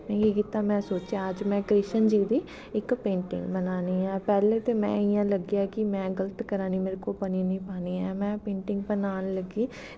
में केह् कीता में सोचेआ में अज्ज कृष्ण जी दी इक पेंटिंग बनानी ऐ पैह्लें ते में इ'यां लग्गेआ कि में गलत करा नी मेरे कोला दा बनी निं पानी ऐ में पेंटिंग बनान लग्गी